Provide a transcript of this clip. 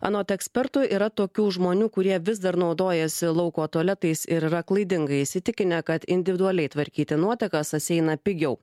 anot ekspertų yra tokių žmonių kurie vis dar naudojasi lauko tualetais ir yra klaidingai įsitikinę kad individualiai tvarkyti nuotekas atsieina pigiau